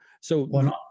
So-